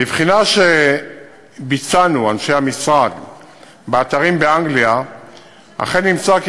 בבחינה שביצענו באתרים באנגליה אכן נמצא כי